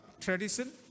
tradition